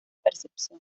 percepción